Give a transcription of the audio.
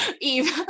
Eve